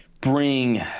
bring